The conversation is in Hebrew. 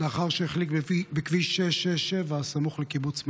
לאחר שהחליק בכביש 667, הסמוך לקיבוץ מירב.